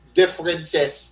differences